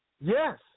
Yes